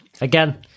again